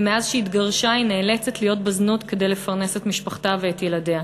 ומאז שהתגרשה היא נאלצת להיות בזנות כדי לפרנס את משפחתה ואת ילדיה.